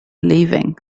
leaving